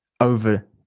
over